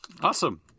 awesome